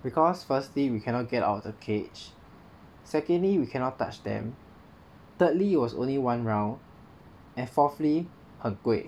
because firstly we cannot get out of the cage secondly we cannot touch them thirdly it was only one round and fourthly 很贵